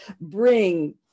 bring